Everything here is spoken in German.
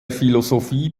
philosophie